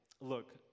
look